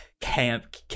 camp